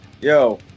Yo